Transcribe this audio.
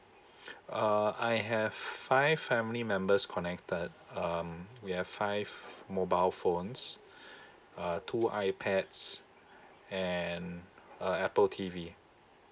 uh I have five family members connected um we have five mobile phones uh two ipads and uh Apple T_V